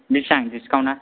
बिसिबां डिस्काउन्टा